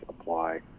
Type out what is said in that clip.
apply